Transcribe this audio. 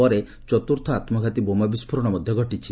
ପରେ ଚତୁର୍ଥ ଆତ୍ମଘାତୀ ବୋମା ବିସ୍ଫୋରଣ ମଧ୍ୟ ଘଟିଛି